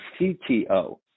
CTO